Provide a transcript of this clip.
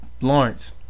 Lawrence